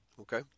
Okay